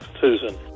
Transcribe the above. Susan